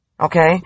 Okay